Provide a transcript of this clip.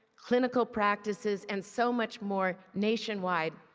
clinical practices and so much more, nationwide.